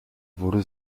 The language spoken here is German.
wurde